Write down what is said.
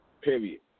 Period